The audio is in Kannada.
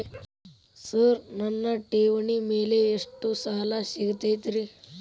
ಸರ್ ನನ್ನ ಠೇವಣಿ ಮೇಲೆ ಎಷ್ಟು ಸಾಲ ಸಿಗುತ್ತೆ ರೇ?